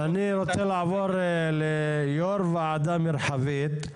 אני רוצה לעבור ליו"ר ועדה מרחבית,